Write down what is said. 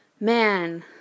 Man